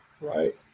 right